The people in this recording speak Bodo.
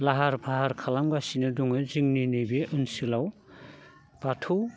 लाहार फाहार खालामगासिनो दङ जोंनि नैबे ओनसोलाव बाथौ